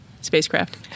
spacecraft